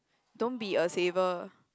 don't be a saver